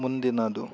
ಮುಂದಿನದು